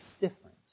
different